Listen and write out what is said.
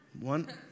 One